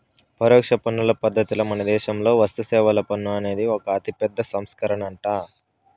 పరోక్ష పన్నుల పద్ధతిల మనదేశంలో వస్తుసేవల పన్ను అనేది ఒక అతిపెద్ద సంస్కరనంట